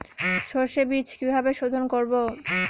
সর্ষে বিজ কিভাবে সোধোন করব?